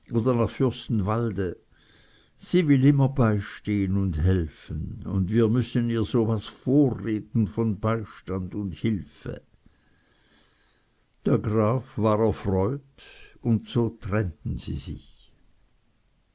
fürstenwalde sie will immer beistehn un helfen und wir müssen ihr so was vorreden von beistand un hilfe der graf war erfreut und so trennten sie sich